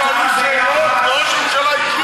הם שאלו שאלות וראש הממשלה השיב,